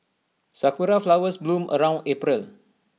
Sakura Flowers bloom around April